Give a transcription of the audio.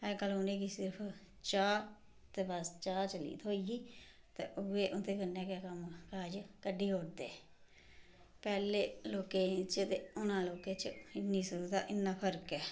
अज्जकल उ'नेंगी सिर्फ चाह् ते बस चाह् चली थ्होई गेई ते उऐ ओह्दे कन्नै गै कम्म काज कड्ढी ओड़दे पैह्ले लोके च ते हूनै दे लोकें च इन्नी सुविधा इन्ना फर्क ऐ